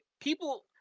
people